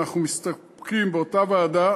אנחנו מסתפקים באותה ועדה